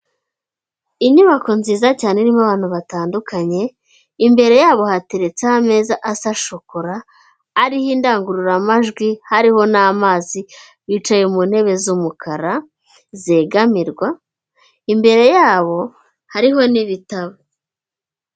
Inyubako nziza cyane irimo abantu batandukanye imbere yabo hateretse ameza asa shokora, ariho indangururamajwi hariho n'amazi, bicaye mu ntebe z'umukara zegamirwa, imbere y'abo hariho n'ibitabo.